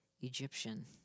Egyptian